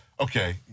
okay